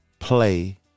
play